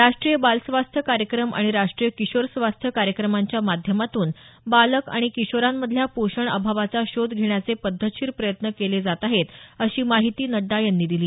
राष्ट्रीय बाल स्वास्थ्य कार्यक्रम आणि राष्टीय किशोर स्वास्थ्य कार्यक्रमांच्या माध्यमातून बालक आणि किशोरांमधल्या पोषण अभावाचा शोध घेण्याचे पद्धतशीर प्रयत्न केले जात आहेत अशी माहिती नड्डा यांनी दिली